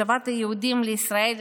השבת היהודים לישראל,